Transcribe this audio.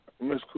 Miss